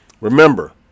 Remember